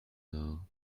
door